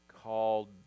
called